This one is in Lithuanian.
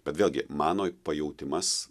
bet vėlgi mano pajautimas